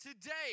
Today